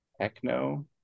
Techno